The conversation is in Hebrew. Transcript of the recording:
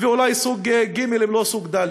ואולי סוג ג', אם לא סוג ד'.